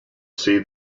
see